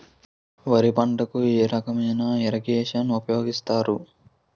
వరి పంటకు ఏ రకమైన ఇరగేషన్ ఉపయోగిస్తారు?